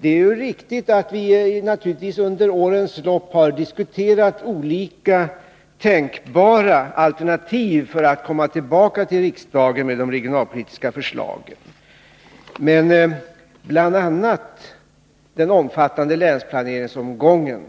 Det är riktigt att vi under årens lopp naturligtvis har diskuterat olika tänkbara alternativ för att komma tillbaka till riksdagen med de regionalpolitiska förslagen. Men bl.a. den omfattande länsplaneringsomgången